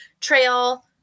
trail